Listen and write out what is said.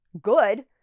good